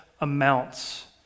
amounts